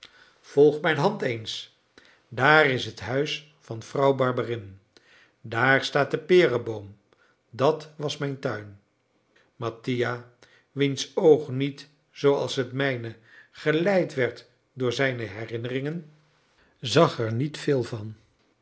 volg mijn hand eens daar is het huis van vrouw barberin daar staat de pereboom dat was mijn tuin mattia wiens oog niet zooals het mijne geleid werd door zijne herinneringen zag er niet veel van